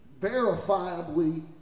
verifiably